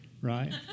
right